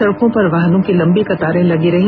सड़कों पर वाहनों की लम्बी कतार लगी रही